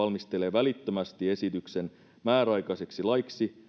välittömästi esityksen määräaikaiseksi laiksi